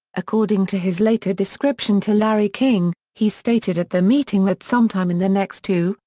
according to his later description to larry king, he stated at the meeting that sometime in the next two,